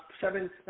seven